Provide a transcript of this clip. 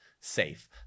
safe